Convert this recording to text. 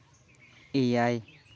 ᱮᱭᱟᱭ